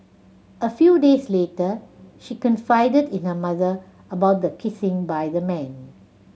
a few days later she confided in her mother about the kissing by the man